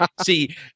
See